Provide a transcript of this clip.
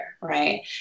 right